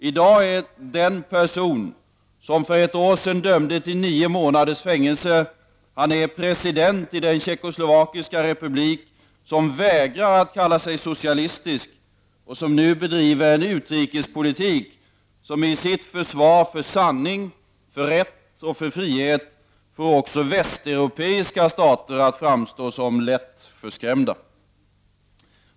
I dag är samme Våclav Havel president i den tjeckoslovakiska republik som nu vägrar att kalla sig socialistisk och bedriver en utrikespolitik som i sitt försvar för sanning, rätt och frihet får också västeuropeiska stater att framstå som lätt förskrämda.